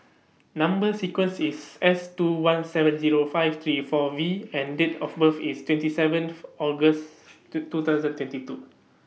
Number sequence IS S two one seven Zero five three four V and Date of birth IS twenty seven August two two thousand twenty two